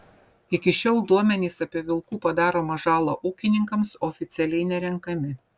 iki šiol duomenys apie vilkų padaromą žalą ūkininkams oficialiai nerenkami